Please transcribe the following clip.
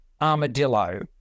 armadillo